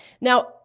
Now